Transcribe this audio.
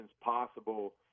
possible